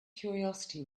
curiosity